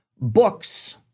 books